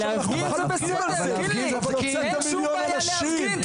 אתם הוצאתם מיליון אנשים להפגין.